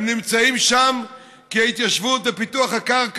הם נמצאים שם כי ההתיישבות ופיתוח הקרקע